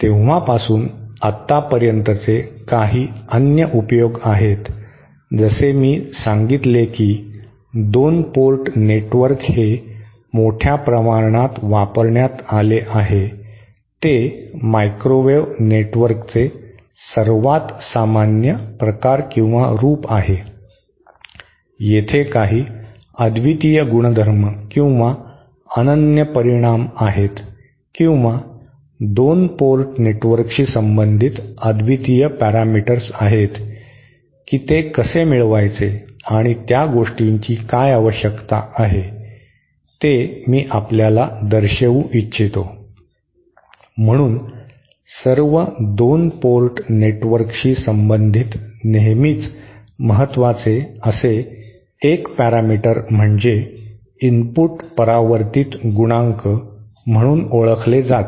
तेव्हापासून आतापर्यंतचे काही अन्य उपयोग आहेत जसे मी सांगितले की 2 पोर्ट नेटवर्क हे मोठ्या प्रमाणात वापरण्यात आले आहे ते मायक्रोवेव्ह नेटवर्कचे सर्वात सामान्य प्रकार आहे येथे काही अद्वितीय गुणधर्म किंवा अनन्य परिणाम आहेत किंवा 2 पोर्ट नेटवर्कशी संबंधित अद्वितीय पॅरामीटर्स आहेत की ते कसे मिळवायचे आणि त्या गोष्टीची काय आवश्यकता आहे ते मी आपल्याला दर्शवू इच्छितो म्हणून सर्व 2 पोर्ट नेटवर्कशी संबंधित नेहमीच महत्वाचे असे एक पॅरामीटर म्हणजे इनपुट परावर्तीत गुणांक म्हणून ओळखले जाते